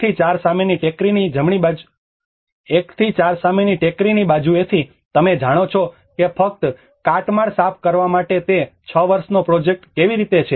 1 થી 4 સામેની ટેકરીની બાજુએથી તમે જાણો છો કે ફક્ત કાટમાળ સાફ કરવા માટે તે છ વર્ષનો પ્રોજેક્ટ કેવી રીતે છે